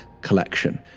Collection